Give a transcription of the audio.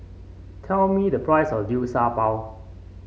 tell me the price of Liu Sha Bao